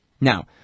Now